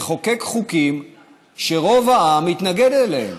לחוקק חוקים שרוב העם מתנגד להם.